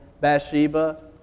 Bathsheba